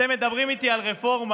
אתם מדברים איתי על רפורמה